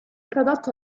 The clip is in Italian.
prodotto